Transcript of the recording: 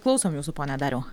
klausom jūsų pone dariau